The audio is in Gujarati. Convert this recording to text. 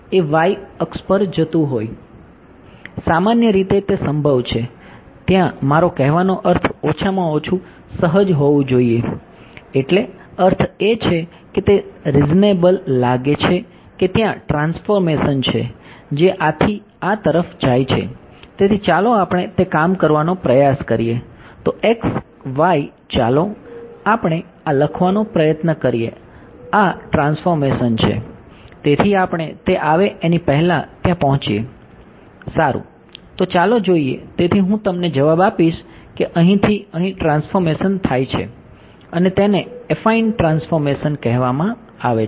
તેથી સામાન્ય રીતે તે સંભવ છે ત્યાં મારો કહેવાનો અર્થ ઓછામાં ઓછું સહજ હોવું જોઈએ એટલે અર્થ એ છે કે તે રીઝનેબલ કહેવામાં આવે છે